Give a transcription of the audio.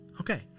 Okay